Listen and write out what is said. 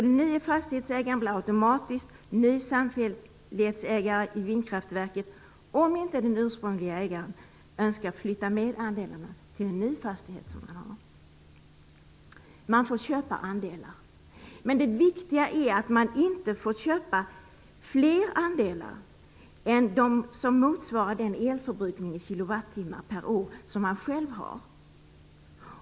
Den nye fastighetsägaren blir automatiskt ny samfällighetsägare i vindkraftverket, om inte den ursprunglige ägaren önskar flytta med andelarna till en ny fastighet. Man får köpa andelar. Men det viktiga är att man inte får köpa fler andelar än som motsvarar den elförbrukning i kilowattimmar per år som man själv har.